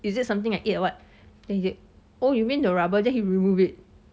is it something I eat or what then he said oh you mean the rubber then you remove it